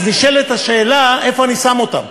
נשאלת השאלה איפה אני שם אותם.